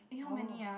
oh